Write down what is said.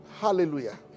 Hallelujah